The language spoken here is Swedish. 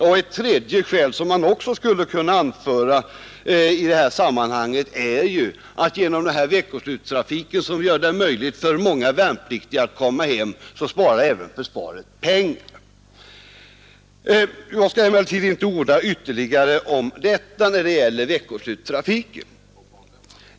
För det tredje skulle man också kunna anföra att försvaret även sparar pengar genom denna veckoslutstrafik, som gör det möjligt för många att besöka hemmet. Jag skall emellertid inte orda ytterligare om veckoslutstrafiken.